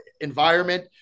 environment